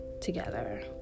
together